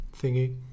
thingy